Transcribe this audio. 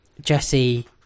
Jesse